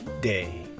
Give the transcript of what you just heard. day